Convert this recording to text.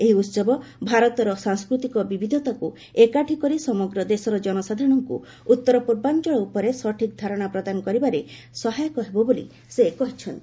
ଏହି ଉସବ ଭାରତର ସାଂସ୍କୃତିକ ବିବିଧତାକୁ ଏକାଠି କରି ସମଗ୍ର ଦେଶର ଜନସାଧାରଣଙ୍କୁ ଉତ୍ତର ପୂର୍ବାଞ୍ଚଳ ଉପରେ ସଠିକ୍ ଧାରଣା ପ୍ରଦାନ କରିବାରେ ସହାୟକ ହେବ ବୋଲି ସେ କହିଛନ୍ତି